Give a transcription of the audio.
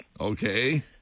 Okay